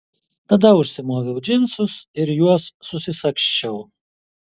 tada užsimoviau džinsus ir juos susisagsčiau